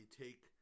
take